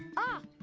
ah!